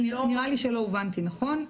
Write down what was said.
נראה לי שלא הובנתי נכון,